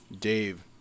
Dave